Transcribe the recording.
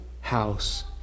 house